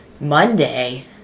Monday